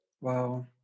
Wow